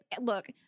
look